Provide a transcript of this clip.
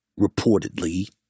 reportedly